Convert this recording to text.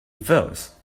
voice